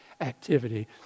activity